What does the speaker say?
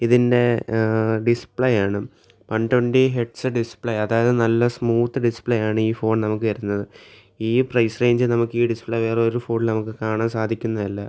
ഇതിൻ്റെ ഡിസ്പ്ലേയാണ് one twenty hertz display അതായത് നല്ല സ്മൂത്ത് ഡിസ്പ്ലേ ആണ് ഈ ഫോൺ നമുക്ക് തരുന്നത് ഈ പ്രൈസ് റേഞ്ച് നമുക്ക് ഈ ഡിസ്പ്ലേ വേറൊരു ഫോണിലും നമുക്ക് കാണാൻ സാധിക്കുന്നതല്ല